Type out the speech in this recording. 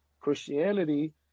Christianity